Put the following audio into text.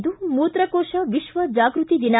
ಇಂದು ಮೂತ್ರಕೋಶ ವಿಶ್ವ ಜಾಗೃತಿ ದಿನ